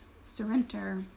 surrender